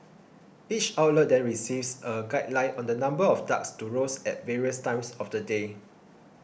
each outlet then receives a guideline on the number of ducks to roast at various times of the day